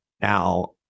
Now